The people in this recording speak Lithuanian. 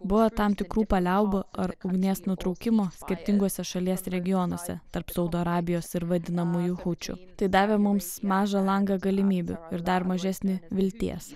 buvo tam tikrų paliaubų ar ugnies nutraukimo skirtinguose šalies regionuose tarp saudo arabijos ir vadinamųjų hučių tai davė mums mažą langą galimybių ir dar mažesnį vilties